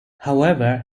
however